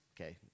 okay